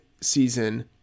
season